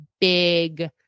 big